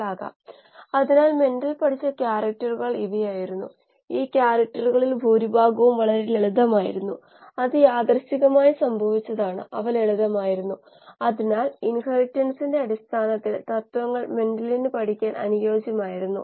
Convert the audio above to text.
വേഗത ഗ്രേഡിയന്റുകൾ എന്നാൽ ഒരു നിശ്ചിത ദൂരമുള്ള വേഗതയിലെ വ്യത്യാസം വേഗതയുടെ ദൂരവുമായി ബന്ധപ്പെട്ട derivative dv dx dv dy തുടങ്ങിയവയാണ്